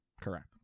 Correct